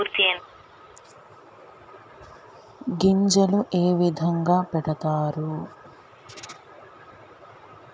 గింజలు ఏ విధంగా పెడతారు?